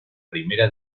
primera